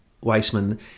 Weissman